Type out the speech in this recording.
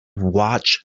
watched